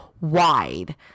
wide